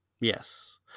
Yes